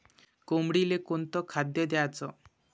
कोंबडीले कोनच खाद्य द्याच?